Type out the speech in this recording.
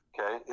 Okay